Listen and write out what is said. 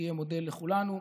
ותהיה מודל לכולנו.